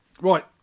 Right